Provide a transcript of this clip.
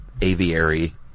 aviary